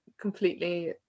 completely